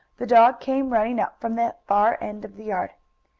the dog came running up from the far end of the yard.